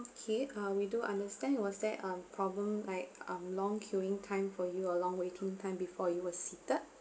okay uh we do understand was there uh problem like um long queuing time for you a long waiting time before you were seated